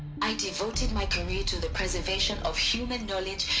i devoted my career to the preservation of human knowledge.